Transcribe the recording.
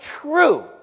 true